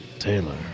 Taylor